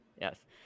Yes